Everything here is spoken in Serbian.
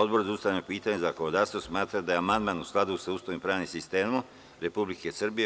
Odbor za ustavna pitanja i zakonodavstvo smatra da je amandman u skladu sa Ustavom i pravnim sistemom Republike Srbije.